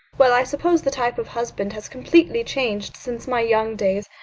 well, i suppose the type of husband has completely changed since my young days,